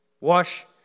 Wash